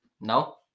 No